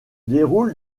déroule